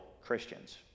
Christians